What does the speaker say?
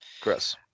chris